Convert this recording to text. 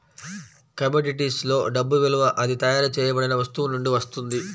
commodities లో డబ్బు విలువ అది తయారు చేయబడిన వస్తువు నుండి వస్తుంది